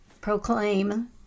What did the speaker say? proclaim